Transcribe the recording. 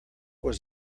was